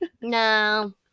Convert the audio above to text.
No